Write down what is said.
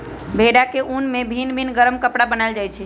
भेड़ा के उन से भिन भिन् गरम कपरा बनाएल जाइ छै